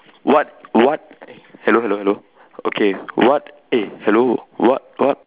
what what eh hello hello hello okay what eh hello what what